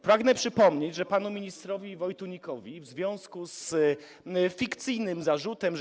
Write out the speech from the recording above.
Pragnę przypomnieć, że panu ministrowi Wojtunikowi w związku z fikcyjnym zarzutem, że.